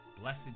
Blessed